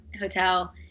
hotel